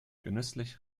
genüsslich